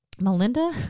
melinda